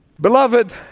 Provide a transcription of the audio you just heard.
Beloved